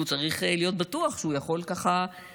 הוא צריך להיות בטוח שהוא יכול להתמודד.